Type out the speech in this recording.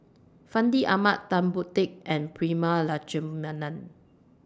Fandi Ahmad Tan Boon Teik and Prema Letchumanan